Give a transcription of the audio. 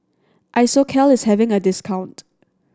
Isocal is having a discount